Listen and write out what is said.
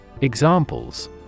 Examples